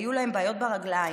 היו להם בעיות ברגליים.